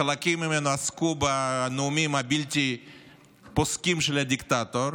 חלקים ממנו עסקו בנאומים הבלתי-פוסקים של הדיקטטור.